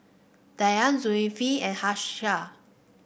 Dian Zulkifli and Hafsa